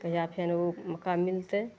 कहिया फेन उ मौका मिलतय